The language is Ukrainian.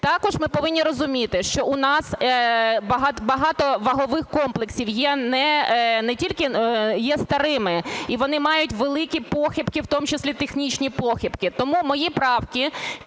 Також ми повинні розуміти, що у нас багато вагових комплексів є не тільки... є старими і вони мають великі похибки, в тому числі технічні похибки. Тому мої правки